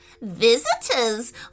Visitors